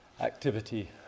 activity